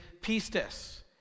pistis